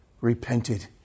repented